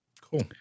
Cool